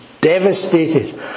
devastated